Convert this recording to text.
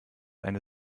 eine